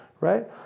right